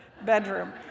bedroom